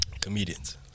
Comedians